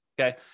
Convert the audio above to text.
okay